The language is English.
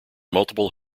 multiple